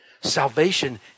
Salvation